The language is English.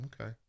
Okay